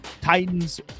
Titans